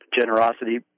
generosity